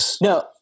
no